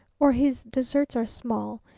or his, deserts are small,